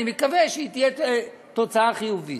אני מקווה שהיא תהיה תוצאה חיובית.